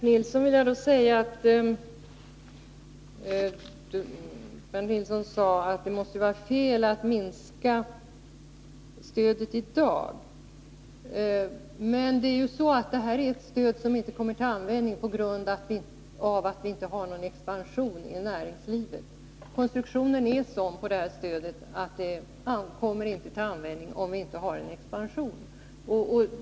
Herr talman! Bernt Nilsson sade att det måste vara felaktigt att minska stödet i dag. Men det här är ju ett stöd som inte kommer till användning, eftersom vi inte har någon expansion inom näringslivet. Stödets konstruktion är sådan att det inte kommer till användning, om vi inte har någon expansion.